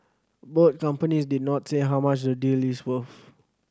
both companies did not say how much the deal is worth